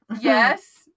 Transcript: yes